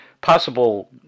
possible